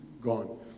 gone